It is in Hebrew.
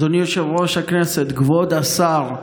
אדוני היושב-ראש, כבוד השר,